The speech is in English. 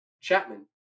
Chapman